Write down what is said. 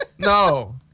No